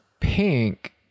pink